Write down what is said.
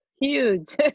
huge